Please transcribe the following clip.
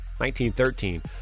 1913